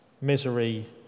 misery